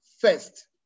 first